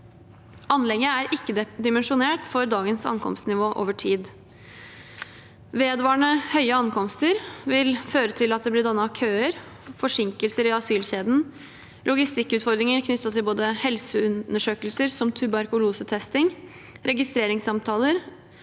Anlegget er ikke dimensjonert for dagens ankomstnivå over tid. Vedvarende høye ankomsttall vil føre til at det blir dannet køer, forsinkelser i asylkjeden og logistikkutfordringer knyttet til både helseundersøkelser som tuberkulosetesting, registreringssamtaler